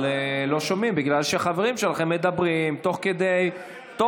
אבל לא שומעים בגלל שהחברים שלכם מדברים תוך כדי.